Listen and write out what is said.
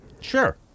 sure